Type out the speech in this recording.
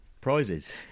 Prizes